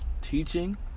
Teaching